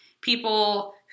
people